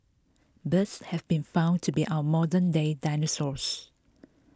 birds have been found to be our modern day dinosaurs